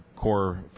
core